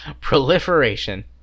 Proliferation